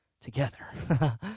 together